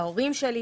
ההורים שלי,